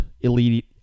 Elite